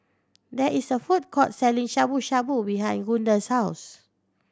there is a food court selling Shabu Shabu behind Gunda's house